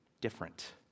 different